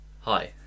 Hi